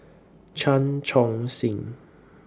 Chan Chun Sing